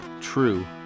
true